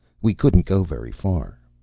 we couldn't go very far.